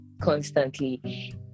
constantly